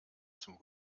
zum